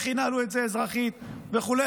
איך ינהלו את זה אזרחית וכו',